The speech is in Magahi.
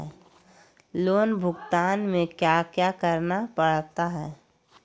लोन भुगतान में क्या क्या करना पड़ता है